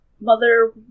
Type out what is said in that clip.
Mother